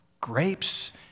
grapes